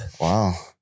Wow